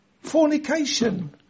fornication